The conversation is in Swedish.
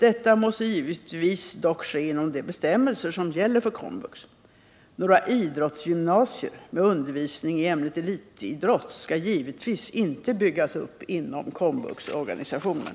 Detta måste givetvis dock ske inom de bestämmelser som gäller för KOMVUX. Några ”idrottsgymnasier” med undervisning i ämnet elitidrott skall givetvis inte byggas upp inom KOMVUX-organisationen.